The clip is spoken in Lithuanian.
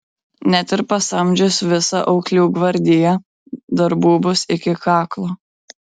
net ir pasamdžius visą auklių gvardiją darbų bus iki kaklo